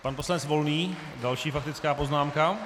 Pan poslanec Volný další faktická poznámka.